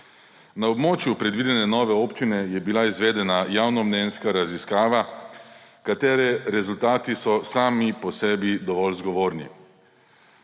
Na območju predvidene nove občine je bila izvedena javnomnenjska raziskava, katere rezultati so sami po sebi dovolj zgovorni.